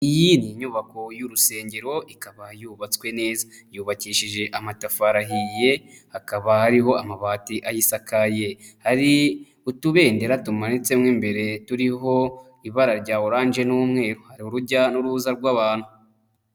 Iyi ni inyubako y'urusengero, ikaba yubatswe neza yubakishije amatafari ahiye, hakaba hariho amabati ayisakaye, hari utubendera tumanitsemo imbere turiho ibara rya oranje n'umweru, hari urujya n'uruza rw'abantu.